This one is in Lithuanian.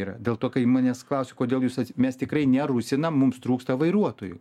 yra dėl to kai manęs klausia kodėl jūs mes tikrai nerusinam mums trūksta vairuotojų